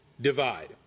divide